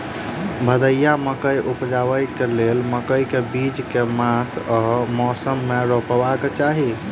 भदैया मकई उपजेबाक लेल मकई केँ बीज केँ मास आ मौसम मे रोपबाक चाहि?